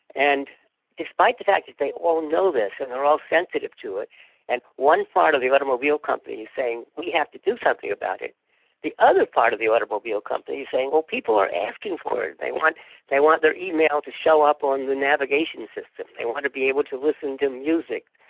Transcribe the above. and despite the fact that they all know this this and they're all sensitive to it and one part of the automobile company is saying, we have to do something about it the other part of the automobile company is saying, well people are asking for it. they want they want their email to show up on the navigation system. they want to be able to listen to music.